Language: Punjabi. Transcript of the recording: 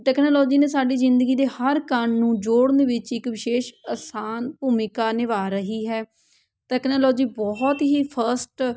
ਤਕਨਾਲੋਜੀ ਨੇ ਸਾਡੀ ਜ਼ਿੰਦਗੀ ਦੇ ਹਰ ਕਣ ਨੂੰ ਜੋੜਨ ਵਿੱਚ ਇੱਕ ਵਿਸ਼ੇਸ਼ ਆਸਾਨ ਭੂਮਿਕਾ ਨਿਭਾ ਰਹੀ ਹੈ ਤਕਨਾਲੋਜੀ ਬਹੁਤ ਹੀ ਫਸਟ